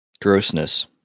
grossness